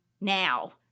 now